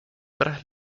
tras